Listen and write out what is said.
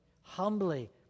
Humbly